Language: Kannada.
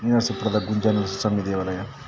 ಟಿ ನರಸೀಪುರದ ಗುಂಜಾ ನರಸಿಂಹ ಸ್ವಾಮಿ ದೇವಾಲಯ